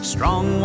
Strong